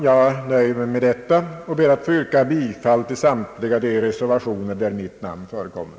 Jag nöjer mig med detta och ber att få yrka bifall till samtliga de reservationer jag har skrivit under.